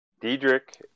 Diedrich